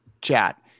chat